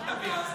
אל תביע.